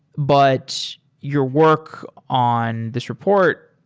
but your work on this report,